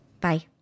Bye